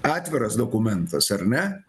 atviras dokumentas ar ne